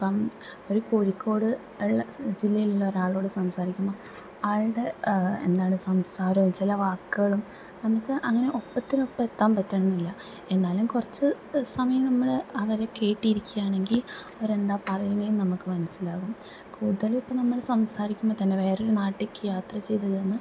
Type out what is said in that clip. ഇപ്പം ഒരു കോഴിക്കോട് ഉള്ള ജില്ലയിലുള്ള ഒരാളോട് സംസാരിക്കുമ്പം ആളുടെ എന്താണ് സംസാരവും ചില വാക്കുകളും നമുക്ക് അങ്ങനെ ഒപ്പത്തിനൊപ്പം എത്താന് പറ്റണം എന്നില്ല എന്നാലും കുറച്ച് സമയം നമ്മള് അവരെ കേട്ടിരിക്കുകയാണെങ്കിൽ അവരെന്താ പറയുന്നതെന്ന് നമുക്ക് മനസിലാവും കൂടുതലും ഇപ്പോൾ നമ്മള് സംസാരിക്കുമ്പോൾ തന്നെ വേറൊരു നാട്ടിലേക്ക് യാത്ര ചെയ്തു കഴിഞ്ഞാൽ